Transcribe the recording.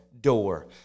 door